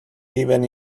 even